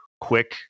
quick